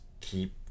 keep